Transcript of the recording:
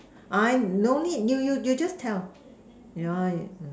I no need you you you just tell yeah